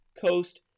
Coast